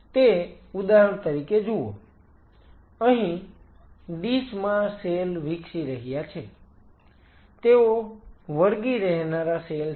તે ઉદાહરણ તરીકે જુઓ અહીં ડીશ માં સેલ વિકસી રહ્યા છે તેઓ વળગી રહેનારા સેલ છે